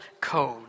code